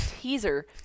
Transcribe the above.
teaser